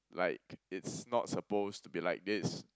like it's not supposed to be like this